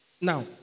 Now